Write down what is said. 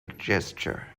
gesture